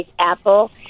apple